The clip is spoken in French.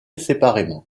séparément